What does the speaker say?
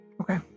okay